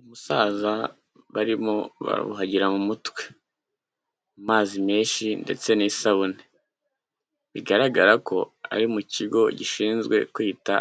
Umusaza barimo baruhagira mu mutwe, amazi menshi ndetse n'isabune, bigaragara ko ari mu kigo gishinzwe kwita